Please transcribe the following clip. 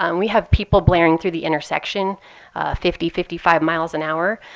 um we have people blaring through the intersection fifty, fifty five miles an hour.